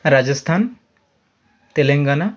Rajasthan Telangana